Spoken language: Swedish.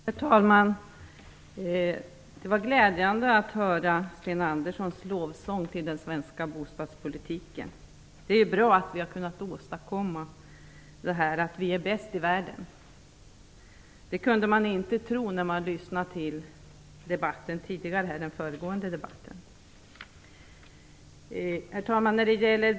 Herr talman! Det var glädjande att höra Sten Anderssons lovsång till den svenska bostadspolitiken. Det är bra att vi har kunnat åstadkomma detta, att vi är bäst i världen. Det kunde man inte tro när man lyssnade till den föregående debatten. Herr talman!